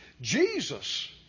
Jesus